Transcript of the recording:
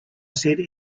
said